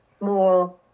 more